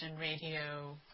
radio